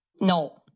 no